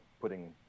putting